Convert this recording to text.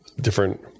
different